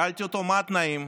שאלתי אותו מה התנאים.